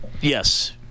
yes